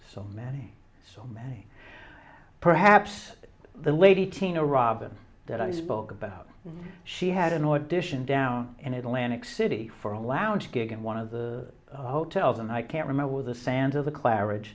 so many so many perhaps the lady tina robins that i spoke about she had annoyed dition down in atlantic city for a lounge gig and one of the hotels and i can't remember the sands of the clari